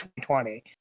2020